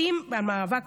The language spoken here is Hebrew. מעוותים במאבק?